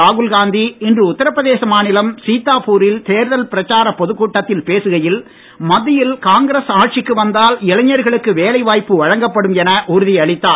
ராகுல்காந்தி இன்று உத்திரப்பிரதேசம் மாநிலம் சீதாபூரில் தேர்தல் பிரச்சார பொதுக்கூட்டத்தில் பேசிகையில் மத்தியில் காங்கிரஸ் ஆட்சிக்கு வந்தால் இளைஞர்களுக்கு வேலை வாய்ப்பு வழங்கப்படும் என உறுதியளித்தார்